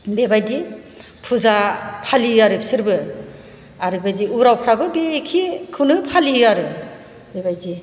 बेबायदि फुजा फालियो आरो बिसोरबो आरो बेबायदि उरावफ्राबो एखेखौनो फालियोआरो बेबायदि